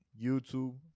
YouTube